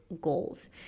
goals